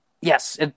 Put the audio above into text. yes